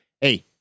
hey